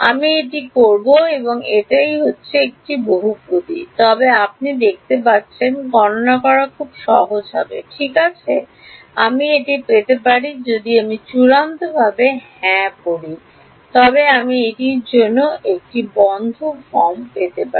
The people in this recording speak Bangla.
আমি এটি করব এবং এটাই যদি বহুপদী হয় তবে আপনি দেখতে পাচ্ছেন গণনা করা খুব সহজ হবে ঠিক আছে আমি এটি পেতে পারি যদি আমি চূড়ান্তভাবে হাঁ হয় তবে আমি এটির জন্য একটি বদ্ধ ফর্ম প্রকাশ পেতে পারি